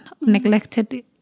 neglected